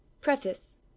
PREFACE